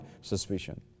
suspicion